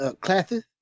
classes